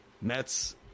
Mets